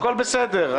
הכול בסדר.